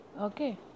okay